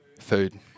Food